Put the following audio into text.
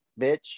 bitch